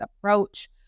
approach